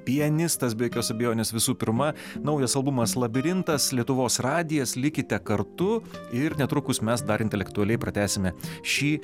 pianistas be jokios abejonės visų pirma naujas albumas labirintas lietuvos radijas likite kartu ir netrukus mes dar intelektualiai pratęsime šį